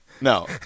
No